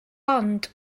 ond